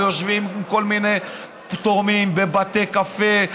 יושבים עם כל מיני תורמים בבתי קפה,